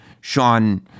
Sean